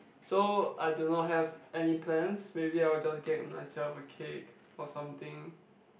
so I do not have any plans maybe I will just get myself a cake or something